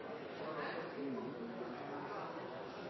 sa for to